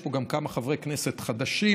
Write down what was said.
יש פה גם כמה חברי כנסת חדשים,